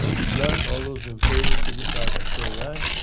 if not, all those in favor, signify by saying aye.